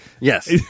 Yes